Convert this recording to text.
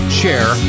share